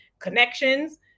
connections